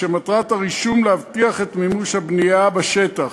כשמטרת הרישום היא להבטיח את מימוש הבנייה בשטח,